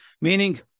Meaning